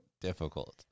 difficult